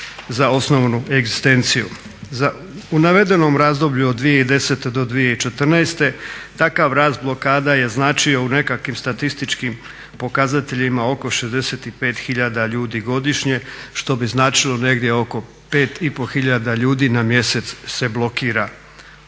U navedenom razdoblju od 2010. do 2014. takav rast blokada je značio u nekakvim statističkim pokazateljima oko 65 tisuća ljudi godišnje, što bi značilo negdje oko 5,5 tisuća ljudi na mjesec se blokira